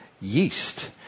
yeast